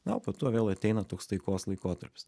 na o po to vėl ateina toks taikos laikotarpis